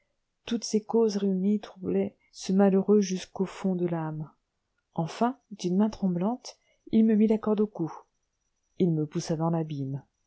toutes ces causes réunies troublaient ce malheureux jusqu'au fond de l'âme enfin et d'une main tremblante il me mit la corde au cou il me poussa dans l'abîme